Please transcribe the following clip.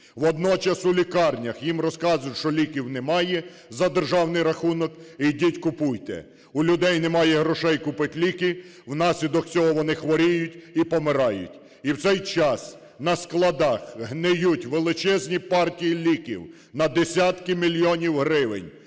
Водночас у лікарнях їм розказують, що ліків немає за державний рахунок, ідіть купуйте. У людей немає грошей купити ліки. Внаслідок цього вони хворіють і помирають. І в цей час на складах гниють величезні партії ліків на десятків мільйонів гривень,